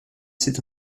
cet